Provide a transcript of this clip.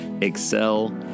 excel